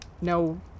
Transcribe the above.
No